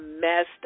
messed